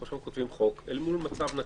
אנחנו כותבים חוק אל מול מצב נתון.